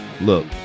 Look